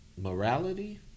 Morality